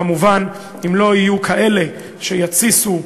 כמובן אם לא יהיו כאלה שיתסיסו,